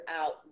out